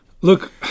Look